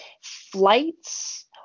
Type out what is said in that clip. flights